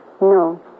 No